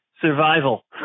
Survival